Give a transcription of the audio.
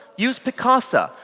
use picasa.